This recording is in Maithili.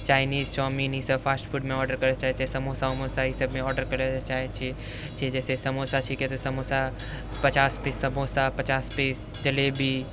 चाइनीज चाउमिन ईसब फास्ट फूडमे ऑडर करै चाहै छिए समोसा वमोसा ई सबमे ऑडर करैलए चाहै छिए जइसे समोसा छिकै तऽ समोसा पचास पीस समोसा पचास पीस जलेबी